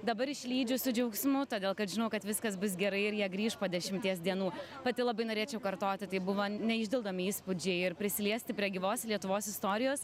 dabar išlydžiu su džiaugsmu todėl kad žinau kad viskas bus gerai ir jie grįš po dešimties dienų pati labai norėčiau kartoti tai buvo neišdildomi įspūdžiai ir prisiliesti prie gyvos lietuvos istorijos